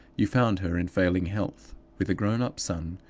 you found her in failing health, with a grown-up son,